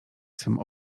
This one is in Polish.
swym